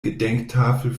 gedenktafel